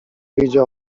wyjdzie